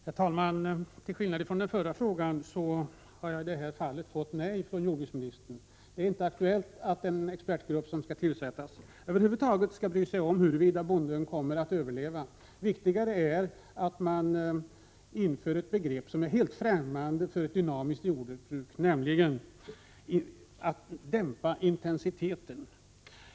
Herr talman! Till skillnad från den förra frågan har jag i det här fallet fått nej från jordbruksministern. Det är inte aktuellt att den expertgrupp som skall tillsättas över huvud taget skall bry sig om huruvida bonden kommer att överleva. Viktigare är att införa ett begrepp som är helt främmande för ett dynamiskt jordbruk, nämligen att dämpa intensiteten.